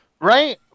Right